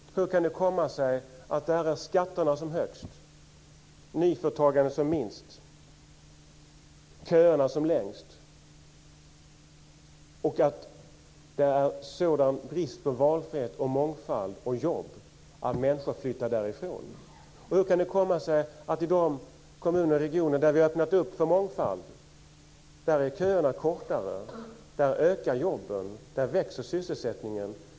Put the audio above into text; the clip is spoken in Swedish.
Hur kan det komma sig att skatterna där är som högst, nyföretagandet som minst, köerna som längst och att det är en sådan brist på valfrihet, mångfald och jobb att människor flyttar därifrån? Hur kan det komma sig att köerna är kortare, jobben ökar och sysselsättningen växer i de kommuner och regioner där vi har öppnat upp för mångfald?